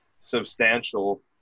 substantial